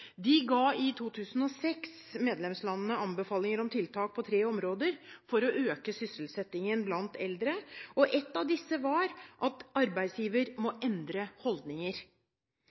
De ga i 2006 medlemslandene anbefalinger om tiltak på tre områder for å øke sysselsettingen blant eldre. Ett av disse var at arbeidsgiver må endre holdninger.